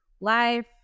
life